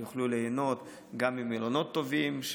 ויוכלו ליהנות גם ממלונות טובים.